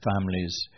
families